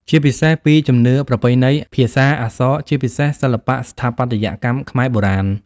ជាពិសេសពីជំនឿ ប្រពៃណី ភាសា អក្សរ ជាពិសេសសិល្បៈស្ថាបត្យកម្មខ្មែរបុរាណ។